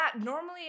normally